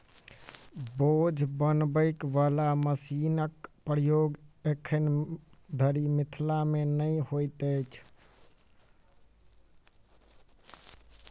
बोझ बनबय बला मशीनक प्रयोग एखन धरि मिथिला मे नै होइत अछि